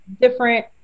different